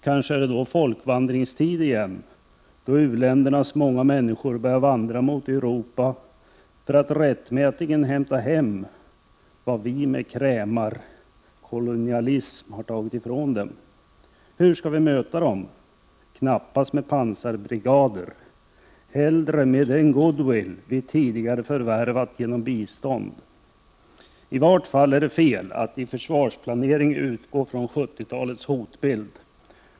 Kanske är det då folkvandringstid igen, så att u-ländernas många människor börjar vandra mot Europa för att rättmätigen hämta hem vad vi med krämarkolonialism har tagit från dem! Hur skall vi möta dem? Knappast med pansarbrigader — hellre med den goodwill vi tidigare förvärvat genom bistånd. I vart fall är det fel att i försvarsplaneringen utgå från 70-talets hotbild.